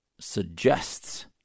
suggests